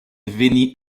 veni